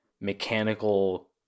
mechanical